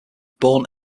bourne